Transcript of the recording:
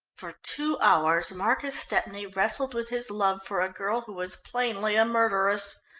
for two hours marcus stepney wrestled with his love for a girl who was plainly a murderess,